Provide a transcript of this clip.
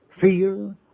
fear